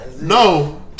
no